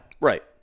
Right